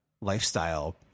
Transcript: lifestyle